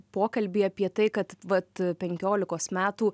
pokalbį apie tai kad vat penkiolikos metų